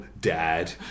Dad